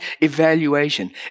evaluation